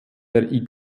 der